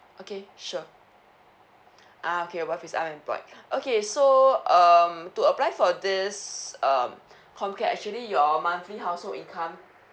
okay sure ah okay your wife is unemployed okay so um to apply for this um com care actually your monthly household income